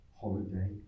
holiday